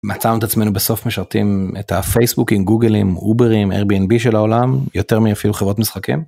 מצאנו את עצמנו בסוף משרתים את הפייסבוקים, גוגלים, אוברים, אייר בי אנד בי של העולם, יותר מאפילו חברות משחקים.